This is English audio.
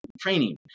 training